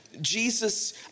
Jesus